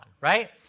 right